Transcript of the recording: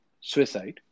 suicide